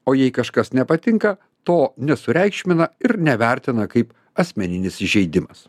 o jei kažkas nepatinka to nesureikšmina ir nevertina kaip asmeninis įžeidimas